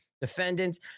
defendants